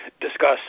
discuss